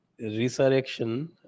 resurrection